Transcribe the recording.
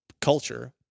culture